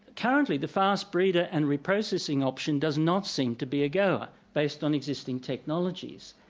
currently the fast breeder and reprocessing option does not seem to be a goer based on existing technologies.